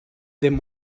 them